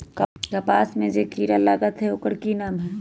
कपास में जे किरा लागत है ओकर कि नाम है?